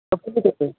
ते पण